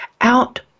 out